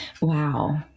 Wow